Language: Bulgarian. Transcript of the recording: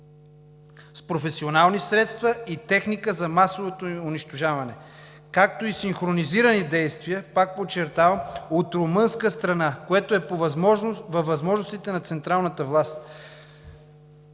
с професионални средства и техника за масовото им унищожаване, както и синхронизирани действия от румънска страна, което е във възможностите на централната власт.